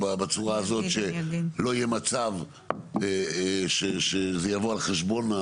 או בצורה הזאת שלא יהיה מצב שזה יבוא על חשבון,